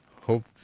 hope